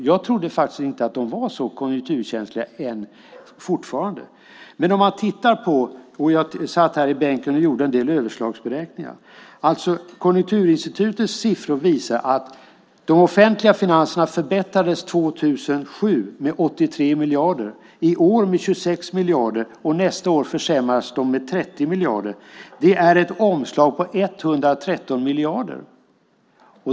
Jag trodde faktiskt inte att de fortfarande var så konjunkturkänsliga. Jag satt här i bänken och gjorde en del överslagsberäkningar. Konjunkturinstitutets siffror visar att de offentliga finanserna förbättrades med 83 miljarder 2007, i år med 26 miljarder och nästa år försämras de med 30 miljarder. Det är ett omslag på 113 miljarder.